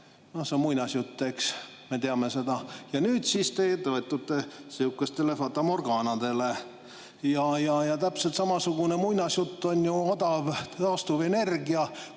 see on muinasjutt, eks, me teame seda. Nüüd siis teie toetute sihukestele fatamorgaanadele. Täpselt samasugune muinasjutt on ju odav taastuvenergia,